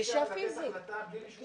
אי אפשר לקבל החלטה בלי לשמוע אותו.